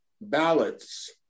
ballots